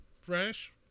fresh